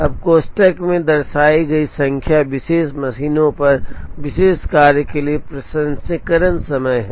अब कोष्ठक में दर्शाई गई संख्या विशेष मशीन पर विशेष कार्य के लिए प्रसंस्करण समय है